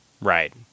Right